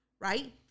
Right